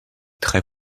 très